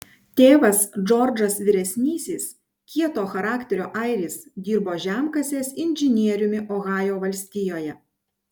tėvas džordžas vyresnysis kieto charakterio airis dirbo žemkasės inžinieriumi ohajo valstijoje